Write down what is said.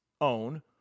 own